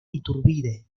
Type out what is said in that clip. iturbide